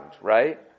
right